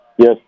Yes